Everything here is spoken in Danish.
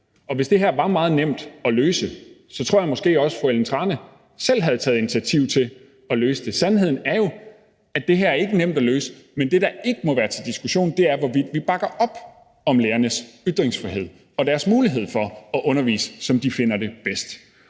og hvis det her var meget nemt at løse, så tror jeg måske også, at fru Ellen Trane Nørby selv havde taget initiativ til at løse det. Sandheden er jo, at det her ikke er nemt at løse. Men det, der ikke må være til diskussion, er, hvorvidt vi bakker op om lærernes ytringsfrihed og deres mulighed for at undervise, som de finder det bedst.